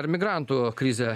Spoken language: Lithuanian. ar migrantų krizę